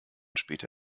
später